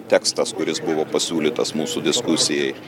tekstas kuris buvo pasiūlytas mūsų diskusijai